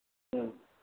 ம்